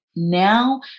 now